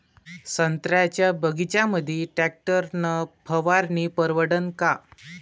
संत्र्याच्या बगीच्यामंदी टॅक्टर न फवारनी परवडन का?